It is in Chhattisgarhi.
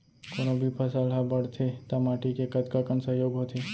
कोनो भी फसल हा बड़थे ता माटी के कतका कन सहयोग होथे?